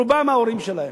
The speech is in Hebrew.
רובם, ההורים שלהם.